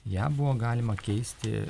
ją buvo galima keisti